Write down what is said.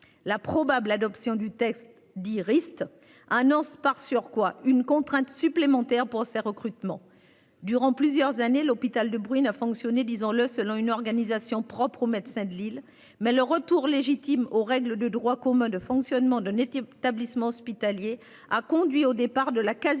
la probable, adoption du texte dit Rist annonce par surcroît une contrainte supplémentaire pour ses recrutements durant plusieurs années, l'hôpital de bruit n'a fonctionné, disons-le, selon une organisation propre aux médecins de Lille. Mais le retour légitime aux règles de droit commun de fonctionnement de n'était établissements hospitaliers a conduit au départ de la quasi-totalité